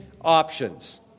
options